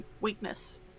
weakness